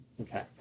Okay